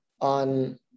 on